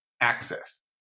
access